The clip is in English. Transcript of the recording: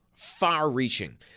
Far-reaching